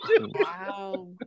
Wow